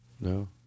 No